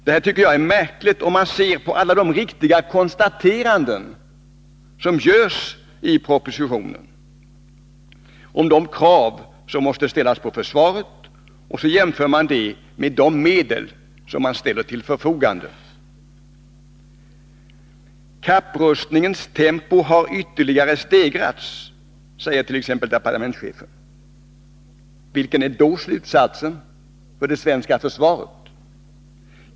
Detta är märkligt, om vi ser på alla de riktiga konstateranden som görs i propositionen om de krav som måste ställas på försvaret och jämför detta med de medel som ställs till förfogande. ”Kapprustningens tempo har ytterligare stegrats”, säger departementschefen. Vilken är då slutsatsen för det svenska försvaret?